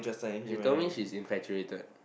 she told me she infatuated